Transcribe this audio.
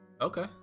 Okay